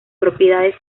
propiedades